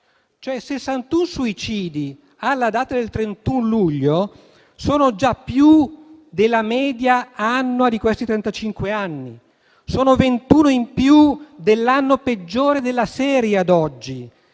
61 suicidi alla data del 31 luglio sono già più della media annua di questi trentacinque anni. Sono 21 in più dell'anno peggiore della serie ad oggi.